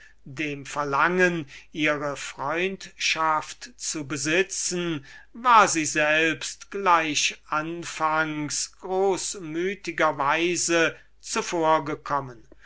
dem verlangen ihre freundschaft zu besitzen war sie selbst gleich anfangs großmütiger weise